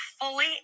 fully